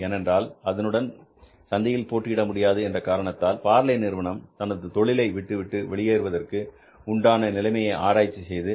ஏனென்றால் அதனுடன் சந்தையில் போட்டியிட முடியாது என்ற காரணத்தினால் பார்லே நிறுவனம் தனது தொழிலை விட்டு வெளியேறுவதற்கு உண்டான நிலைமையை ஆராய்ச்சி செய்தது